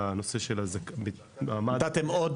נתתם עוד